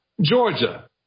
Georgia